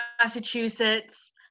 Massachusetts